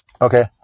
okay